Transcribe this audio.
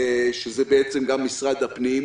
שזה בעצם גם משרד הפנים,